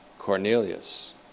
Cornelius